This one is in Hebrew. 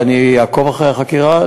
ואני אעקוב אחרי החקירה,